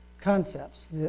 concepts